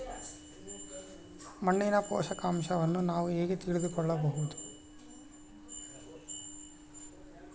ಮಣ್ಣಿನ ಪೋಷಕಾಂಶವನ್ನು ನಾನು ಹೇಗೆ ತಿಳಿದುಕೊಳ್ಳಬಹುದು?